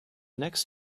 next